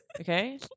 Okay